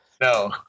no